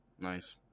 Nice